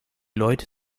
leut